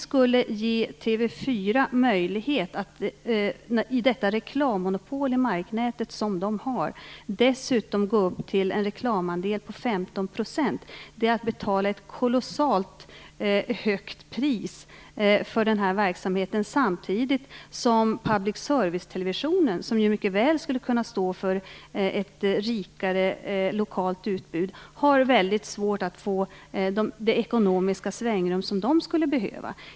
Att ge TV 4 möjlighet att i det reklammonopol i marknätet som det har gå upp till en reklamandel om 15 % skulle vara att betala ett kolossalt högt pris för den här verksamheten, samtidigt som public service-televisionen, som ju mycket väl skulle kunna stå för ett rikare lokalt utbud, har väldigt svårt att få det ekonomiska svängrum som den skulle behöva.